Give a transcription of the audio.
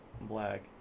black